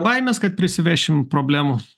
baimės kad prisivešim problemų